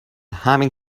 همین